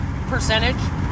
percentage